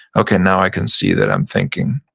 okay, now i can see that i'm thinking.